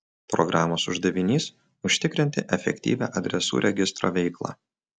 programos uždavinys užtikrinti efektyvią adresų registro veiklą